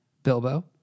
Bilbo